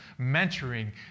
mentoring